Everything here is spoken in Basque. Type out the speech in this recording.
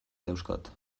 dauzkat